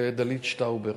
לדלית שטאובר.